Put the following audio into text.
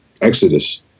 exodus